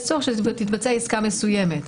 יש צורך שתתבצע עסקה מסוימת,